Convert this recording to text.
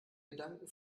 gedanken